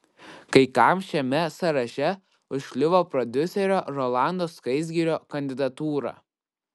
kai kam šiame sąraše užkliuvo prodiuserio rolando skaisgirio kandidatūra